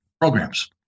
programs